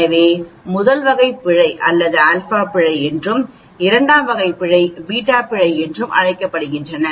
எனவே 1 வகை பிழை அல்லது α பிழை என்றும் இரண்டாம் வகை பிழையை β பிழை என்றும் அழைக்கப்படுகிறது